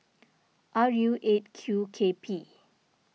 R U eight Q K P